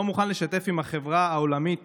לא מוכן לשתף פעולה עם החברה העולמית